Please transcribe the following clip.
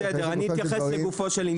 בסדר, אני אתייחס לגופו של עניין.